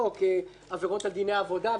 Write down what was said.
עבירות על דיני עבודה וכן הלאה,